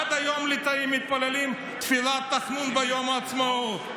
עד היום הליטאים מתפללים תפילת תחנון ביום העצמאות.